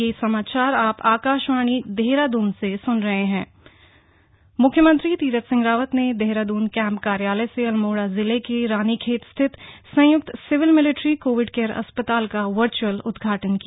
military Covid care centre मुख्यमंत्री तीरथ सिंह रावत ने Dehradun camp कार्यालय से अल्मोड़ा जिले के रानीखेत स्थित संयुक्त सिविल मिलिट्री कोविड केयर अस्पताल का वर्चुअल उद्घाटन किया